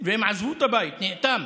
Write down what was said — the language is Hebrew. והם עזבו את הבית, הוא נאטם,